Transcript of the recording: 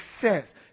success